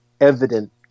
evident